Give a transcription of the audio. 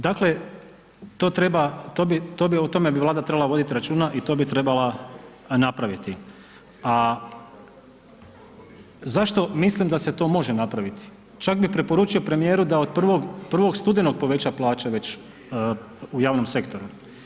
Dakle, to treba, to bi, to bi, o tome bi Vlada trebala vodit računa i to bi trebala napraviti, a zašto mislim da se to može napraviti, čak bi preporučio premijeru da od 1. studenog poveća plaće već u javnom sektoru.